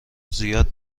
زیادی